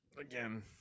again